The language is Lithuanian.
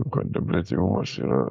kontempliatyvumas yra